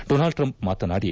Donald Trump ಮಾತನಾಡಿ